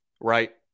Right